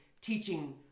teaching